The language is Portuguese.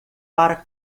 para